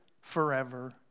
forever